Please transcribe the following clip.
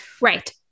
Right